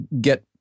get